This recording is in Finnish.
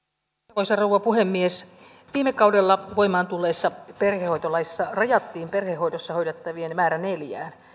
arvoisa rouva puhemies viime kaudella voimaan tulleessa perhehoitolaissa rajattiin perhehoidossa hoidettavien määrä neljään